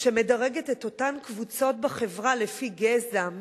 שמדרגת את אותן קבוצות בחברה לפי גזע,